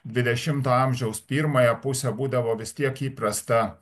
dvidešimto amžiaus pirmąją pusę būdavo vis tiek įprasta